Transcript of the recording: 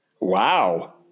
Wow